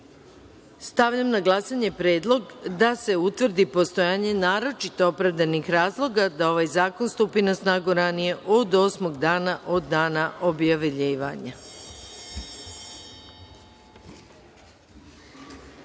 amandman. Stavljam na glasanje predlog da se utvrdi postojanje naročito opravdanih razloga da zakon stupi na snagu ranije od osmog dana od dana objavljivanja. Zaključujem